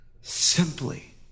simply